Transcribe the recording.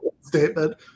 statement